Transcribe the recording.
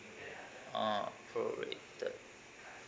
ah prorated